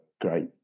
Great